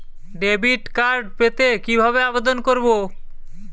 Debit card পেতে কিভাবে আবেদন করব?